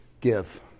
give